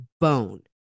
bone